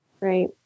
Right